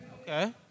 Okay